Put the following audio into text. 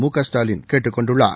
முகஸ்டாலின் கேட்டுக் கொண்டுள்ளார்